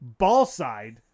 ballside